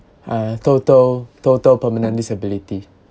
uh total total permanent disability